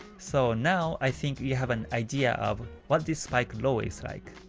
so now, i think you have an idea of what this spike low is like.